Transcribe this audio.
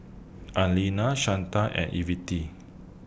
Arlena Shanta and Ivette